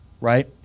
right